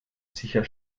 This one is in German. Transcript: sicher